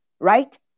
right